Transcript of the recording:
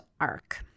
arc